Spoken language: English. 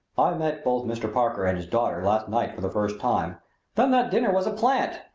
i met both mr. parker and his daughter last night for the first time then that dinner was a plant!